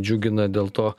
džiugina dėl to